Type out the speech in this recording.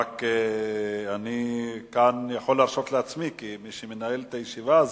אני יכול להרשות לעצמי, כמי שמנהל את הישיבה,